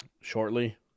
shortly